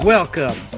Welcome